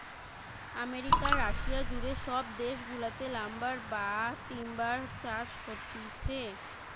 America, Russia জুড়ে সব দেশ গুলাতে লাম্বার বা টিম্বার চাষ হতিছে